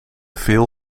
veel